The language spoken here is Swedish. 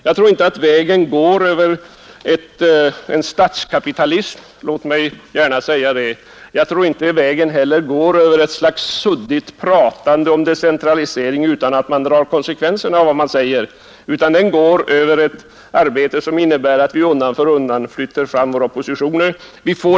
Jag tror inte att vägen går över statskapitalism — låt mig gärna säga det. Jag tror inte heller att vägen går över ett slags suddigt pratande om decentralisering, utan att man drar konsekvenserna av vad man säger. Vägen går över ett arbete, som innebär att vi undan för undan flyttar fram våra positioner.